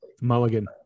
Mulligan